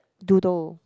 doodle